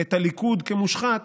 את הליכוד כמושחת